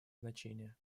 значение